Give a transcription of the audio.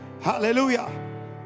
Hallelujah